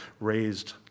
raised